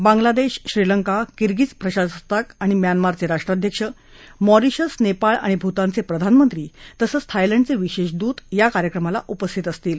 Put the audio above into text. Bangladesh Sri Lanka Kyrgyz प्रजासत्ताक आणि म्यानमारचे राष्ट्राध्यक्ष मॉरिशस नेपाळ आणि भूतानचे प्रधानमंत्री तसंच थायलंडचे विशेष दूत या कार्यक्रमाला उपस्थित राहतील